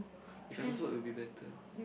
if I could float it'll be better